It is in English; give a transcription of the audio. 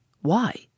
Why